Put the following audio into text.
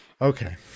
Okay